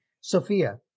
Sophia